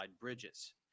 bridges